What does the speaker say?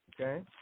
okay